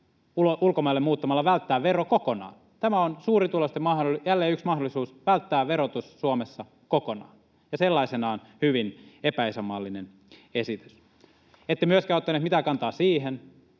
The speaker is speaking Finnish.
ulkomaille muuttamalla välttää vero kokonaan. Tämä on jälleen suurituloisten yksi mahdollisuus välttää verotus Suomessa kokonaan ja sellaisenaan hyvin epäisänmaallinen esitys. Ette myöskään ottanut mitään kantaa siihen,